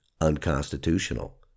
unconstitutional